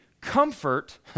comfort